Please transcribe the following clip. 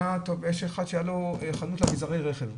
היה אחד שהייתה לו חנות לאביזרי רכב,